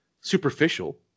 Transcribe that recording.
superficial